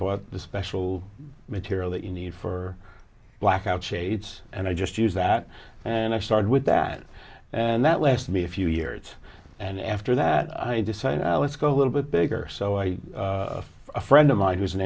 bought the special material that you need for blackout shades and i just use that and i started with that and that left me a few years and after that i decided i was go a little bit bigger so i a friend of mine who's an